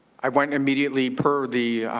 i went immediately, per the